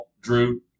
drew